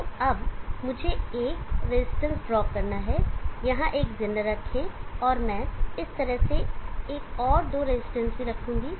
तो मुझे अब एक रजिस्टेंस ड्रॉ करना है यहाँ एक ज़ेनर रखें और मैं इस तरह से एक और दो रजिस्टेंस भी रखूंगा